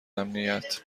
امنیت